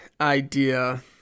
idea